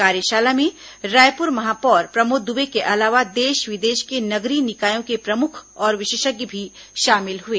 कार्यशाला में रायपुर महापौर प्रमोद दुबे के अलावा देश विदेश के नगरीय निकायों के प्रमुख और विशेषज्ञ भी शामिल हुए